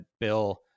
bill